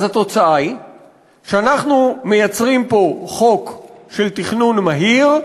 אז התוצאה היא שאנחנו מייצרים פה חוק של תכנון מהיר,